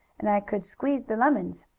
and i could squeeze the lemons.